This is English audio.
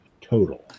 total